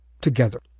together